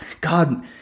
God